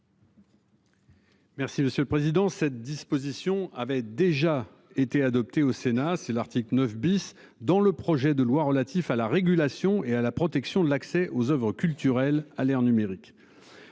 Merci Monsieur le Président, cette disposition avait déjà été adopté au Sénat c'est l'article 9 bis dans le projet de loi relatif à la régulation et à la protection de l'accès aux Oeuvres culturelles à l'ère numérique.